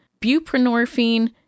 buprenorphine